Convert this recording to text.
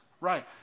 Right